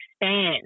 expand